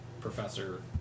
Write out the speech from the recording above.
professor